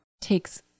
takes